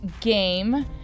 game